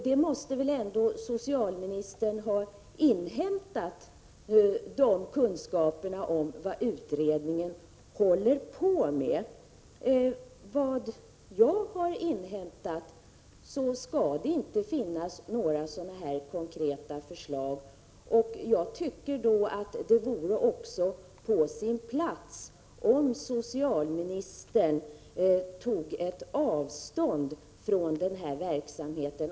De kunskaperna om vad utredningen håller på med måste väl socialministern ändå ha inhämtat. Enligt vad jag har inhämtat skall det inte finnas några konkreta förslag. Det vore på sin plats om socialministern tog avstånd från denna verksamhet.